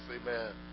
Amen